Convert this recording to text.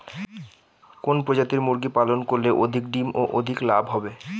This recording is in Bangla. কোন প্রজাতির মুরগি পালন করলে অধিক ডিম ও অধিক লাভ হবে?